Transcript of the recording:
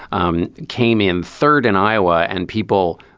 um came in third in iowa and people,